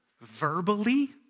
verbally